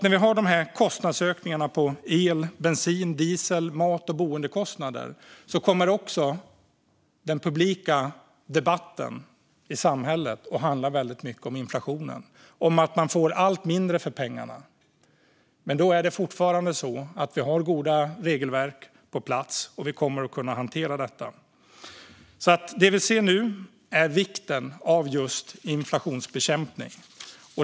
När vi har dessa kostnadsökningar på el, bensin, diesel, mat och boende kommer också den publika debatten i samhället att handla väldigt mycket om inflationen och om att man får allt mindre för pengarna. Men då är det fortfarande så att vi har goda regelverk på plats. Och vi kommer att kunna hantera detta. Det vi ser nu är alltså vikten av just inflationsbekämpning.